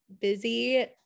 busy